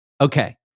Okay